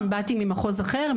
באתי ממחוז אחר,